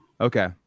okay